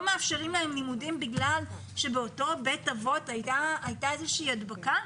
לא מאפשרים להם ללמוד בגלל שבאותו בית אבות הייתה איזושהי הדבקה?